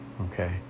okay